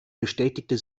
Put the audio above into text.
betätigte